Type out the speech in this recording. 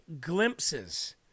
glimpses